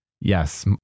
yes